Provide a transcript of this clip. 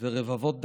ורבבות דקות,